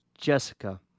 Jessica